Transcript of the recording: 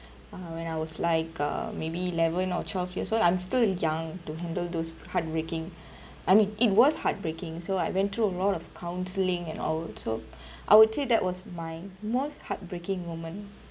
uh when I was like uh maybe eleven or twelve years old so I'm still young to handle those heartbreaking I mean it was heartbreaking so I went through a lot of counselling and all so I'd say that was my most heartbreaking moment